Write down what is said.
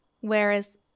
whereas